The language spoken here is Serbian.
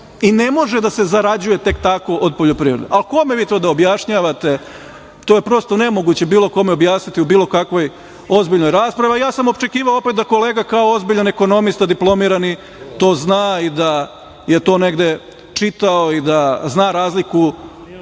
i ne može da se zarađuje tek tako od poljoprivrede. A kome vi to da objašnjavate? To je prosto nemoguće bilo kome objasniti u bilo kakvoj ozbiljnoj raspravi, a ja sam očekivao opet da kolega, kao ozbiljan ekonomista diplomirani, to zna i da je to negde čitao i da zna razliku